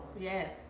Yes